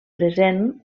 present